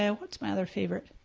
yeah what's my other favorite,